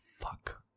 Fuck